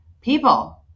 people